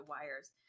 wires